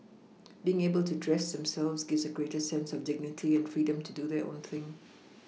being able to dress themselves gives a greater sense of dignity and freedom to do their own thing